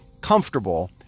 comfortable